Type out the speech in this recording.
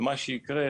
ומה שיקרה,